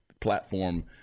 platform